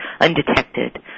undetected